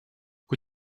kui